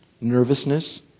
nervousness